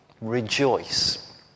Rejoice